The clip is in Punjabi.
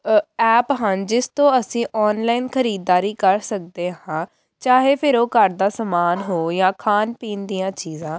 ਐਪ ਹਨ ਜਿਸ ਤੋਂ ਅਸੀਂ ਔਨਲਾਈਨ ਖਰੀਦਦਾਰੀ ਕਰ ਸਕਦੇ ਹਾਂ ਚਾਹੇ ਫਿਰ ਉਹ ਘਰ ਦਾ ਸਮਾਨ ਹੋ ਜਾਂ ਖਾਣ ਪੀਣ ਦੀਆਂ ਚੀਜ਼ਾਂ